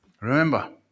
Remember